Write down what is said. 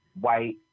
white